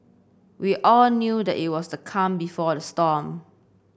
we all knew that it was the calm before the storm